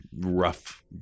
rough